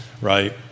right